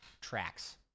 tracks